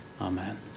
Amen